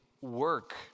work